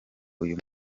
uyu